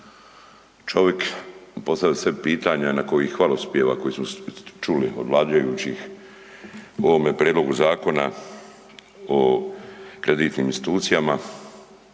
čovik, postaviti sebi pitanje nakon ovih hvalospjeva koje smo čuli od vladajućih o ovome prijedlogu zakona o kreditnim institucijama